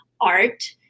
art